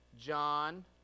John